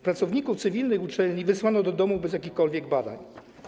Pracowników cywilnych uczelni wysłano do domu bez jakichkolwiek badań.